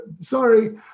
sorry